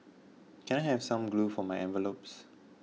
can I have some glue for my envelopes